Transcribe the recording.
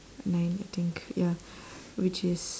nine I think ya which is